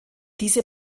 diese